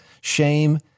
Shame